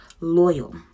loyal